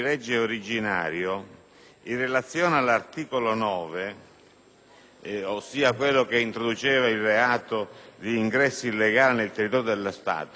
cioè quello che introduceva il reato di ingresso illegale nel territorio dello Stato, il Governo aveva previsto